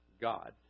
God